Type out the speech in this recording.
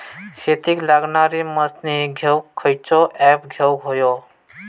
शेतीक लागणारे मशीनी घेवक खयचो ऍप घेवक होयो?